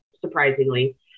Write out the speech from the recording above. surprisingly